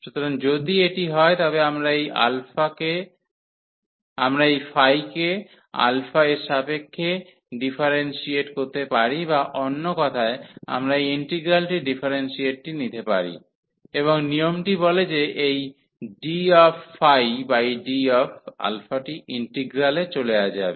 সুতরাং যদি এটি হয় তবে আমরা এই কে এর সাপেক্ষে ডিফারেন্সিয়েট করতে পারি বা অন্য কথায় আমরা এই ইন্টিগ্রালটির ডিফারেন্সিয়েশনটি নিতে পারি এবং নিয়মটি বলে যে এই dd টি ইন্টিগ্রালে চলে যাবে